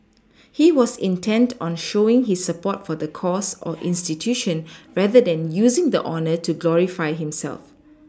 he was intent on showing his support for the cause or institution rather than using the honour to glorify himself